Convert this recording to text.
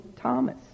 Thomas